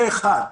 זה דבר אחד.